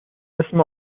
اسم